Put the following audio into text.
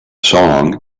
song